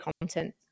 content